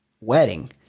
wedding